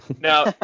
Now